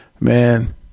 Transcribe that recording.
Man